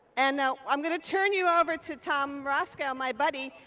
and now, i'm going to turn you over to tom rosko, my buddy.